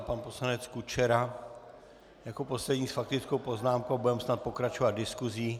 Pan poslanec Kučera jako poslední s faktickou poznámkou a budeme snad pokračovat diskusí.